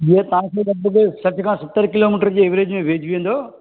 ईयो तव्हांखे सब कुछ सठ खां सतर किलोमीटर ॼी एवरेज में वेहजी वेंदो